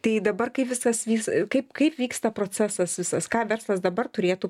tai dabar kaip viskas vyks kaip kaip vyksta procesas visas ką verslas dabar turėtų